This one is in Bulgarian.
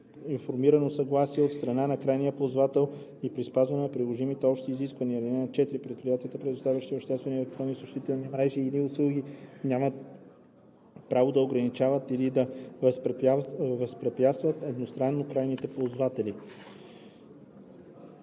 информирано съгласие от страна на крайния ползвател и при спазване на приложимите общи изисквания. (4) Предприятията, предоставящи обществени електронни съобщителни мрежи или услуги, нямат право да ограничават или да възпрепятстват едностранно крайните ползватели: